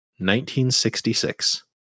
1966